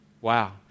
Wow